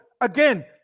again